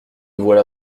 voilà